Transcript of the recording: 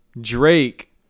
Drake